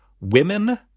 women